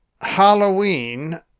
Halloween